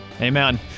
Amen